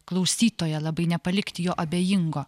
klausytoją labai nepalikti jo abejingo